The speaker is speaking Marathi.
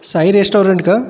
साई रेस्टारंट का